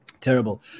Terrible